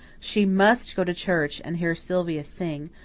she must go to church and hear sylvia sing,